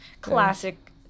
Classic